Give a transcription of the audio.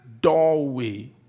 doorway